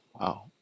Wow